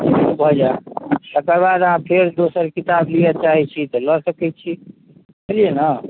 भऽ जायत तकर बाद अहाँ फेर दोसर किताब लिअ चाहैत छी तऽ लऽ सकैत छी बुझलियै ने